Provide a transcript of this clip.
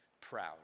proud